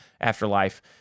afterlife